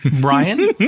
Brian